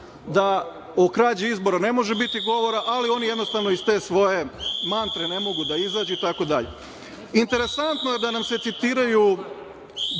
da o krađi izbora ne može biti govora, ali oni jednostavno iz te svoje mantre ne mogu da izađu itd. Interesantno je da nam se citiraju